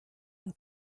and